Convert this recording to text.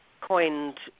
coined